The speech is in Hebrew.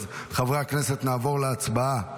אז חברי הכנסת, נעבור להצבעה